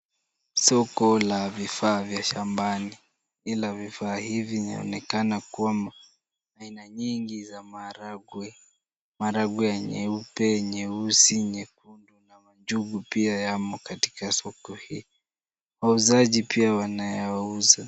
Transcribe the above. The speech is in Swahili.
Soko la vifaa vya shambani. Ila vifaa hivi vinaonekana kuwa aina nyingi za maharagwe. Maharagwe ya nyeupe, nyeusi, nyekundu na manjugu pia yamo katika soko hili. Wauzaji pia wanayauza.